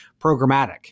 programmatic